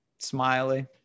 smiley